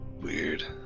Weird